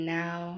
now